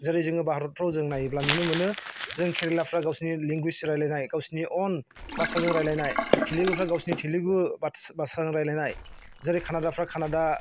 जेरै जोङो भारतफ्राव जों नायोब्ला नुनो मोनो जों केरेलाफ्रा गावसिनि लेंगुयेज रायज्लायनाय गावसिनि अन भाषाजों रायज्लायनाय तेलेगुफ्रा गावसिनि तेलेगु बासाजों रायज्लायनाय जेरै कन्नाडाफ्रा कान्नाडा